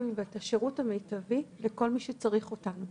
ואת השירות המיטבי לכל מי שצריך אותנו.